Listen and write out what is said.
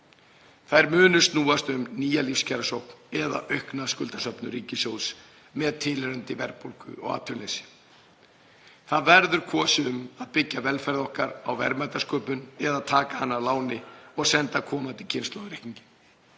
Þær munu snúast um nýja lífskjarasókn eða aukna skuldasöfnun ríkissjóðs með tilheyrandi verðbólgu og atvinnuleysi. Það verður kosið um að byggja velferð okkar á verðmætasköpun eða taka hana að láni og senda komandi kynslóðum reikninginn.